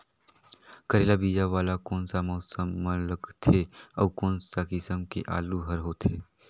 करेला बीजा वाला कोन सा मौसम म लगथे अउ कोन सा किसम के आलू हर होथे?